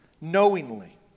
knowingly